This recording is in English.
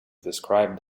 described